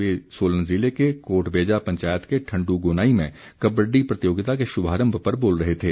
वे सोलन जिले की कोटबेजा पंचायत के ठन्डू गोनाई में कबड्डी प्रतियोगिता के शुभारम्भ पर बोल रहे थे